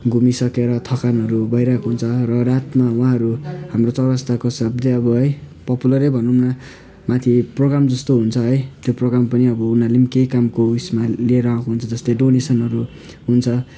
घुमिसकेर थकानहरू भइरहेको हुन्छ र रातमा उहाँहरू हाम्रो चौरस्ताको शब्दै अब है पोपुलरै भनौँ न माथि प्रोग्राम जस्तो हुन्छ है त्यो प्रोग्राम पनि अब उनीहरूले नि केही कामको उसमा लिएर आएको हुन्छ जस्तो डोनेसनहरू हुन्छ